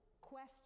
question